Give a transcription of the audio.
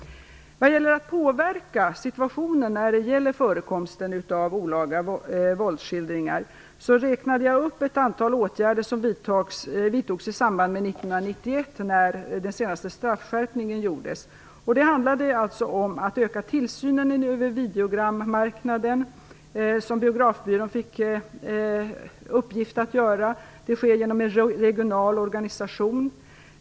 Vad gäller att påverka situationen beträffande förekomsten av olaga våldsskildringar räknade jag upp ett antal åtgärder som vidtogs i samband med den senaste straffskärpningen 1991. Det handlar om att Biografbyrån fick i uppgift att öka tillsynen över videogrammarknaden, vilket sker genom en regional organisation.